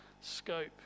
scope